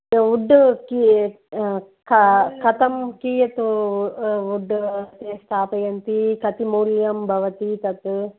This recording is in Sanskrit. वुड् क कथं कीयत् वुड् स्थापयन्ति कति मौल्यं भवति तत्